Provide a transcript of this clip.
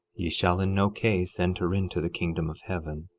ye shall in no case enter into the kingdom of heaven.